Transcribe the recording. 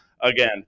Again